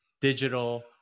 digital